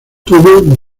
tuvo